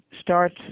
start